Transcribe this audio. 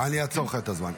אני אעצור לך את הזמן.